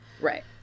Right